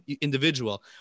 individual